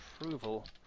approval